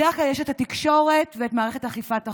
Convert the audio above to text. בדרך כלל יש את התקשורת ואת מערכת אכיפת החוק,